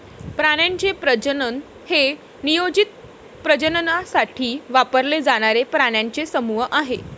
प्राण्यांचे प्रजनन हे नियोजित प्रजननासाठी वापरले जाणारे प्राण्यांचे समूह आहे